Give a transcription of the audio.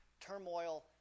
turmoil